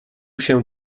się